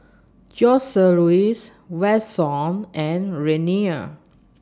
Joseluis Vashon and Renea